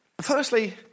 Firstly